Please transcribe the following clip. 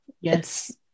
yes